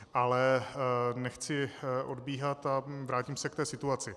Ale nechci odbíhat a vrátím se k té situaci.